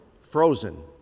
frozen